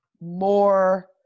more